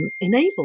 enabled